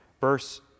Verse